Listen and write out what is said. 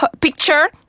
picture